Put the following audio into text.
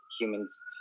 humans